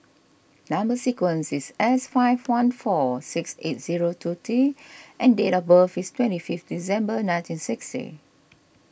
Number Sequence is S five one four six eight zero two T and date of birth is twenty fifth December ninety sixty